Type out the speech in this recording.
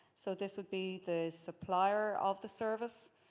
so this would be the supplier of the service.